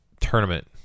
tournament